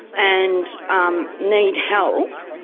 and um need help,